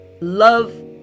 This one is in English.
love